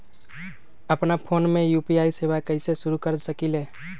अपना फ़ोन मे यू.पी.आई सेवा कईसे शुरू कर सकीले?